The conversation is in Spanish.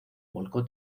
volcó